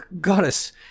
Goddess